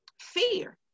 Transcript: fear